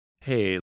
hey